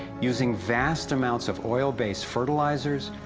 using vast amounts of oil-based fertilizers,